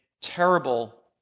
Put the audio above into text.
terrible